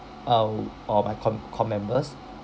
uh or my comm comm members